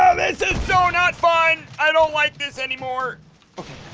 this is so not fine, i don't like this anymore okay,